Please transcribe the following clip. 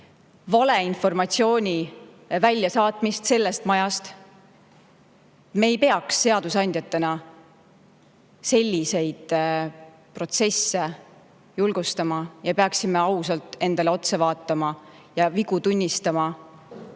valeinformatsiooni väljasaatmist sellest majast. Me ei peaks seadusandjatena selliseid protsesse julgustama ning peaksime ausalt endale otsa vaatama ja vigu tunnistama.